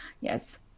yes